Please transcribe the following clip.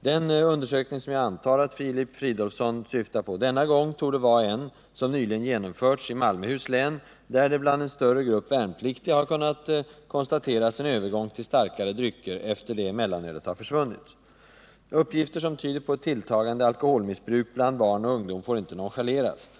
Den undersökning som jag antar att Filip Fridolfsson syftar på denna gång torde vara en som nyligen genomförts i Malmöhus län där det bland en större grupp värnpliktiga har kunnat konstateras en övergång till starkare drycker efter det att mellanölet har försvunnit. Uppgifter som tyder på ett tilltagande alkoholmissbruk bland barn och ungdom får inte nonchaleras.